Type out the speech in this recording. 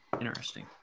Interesting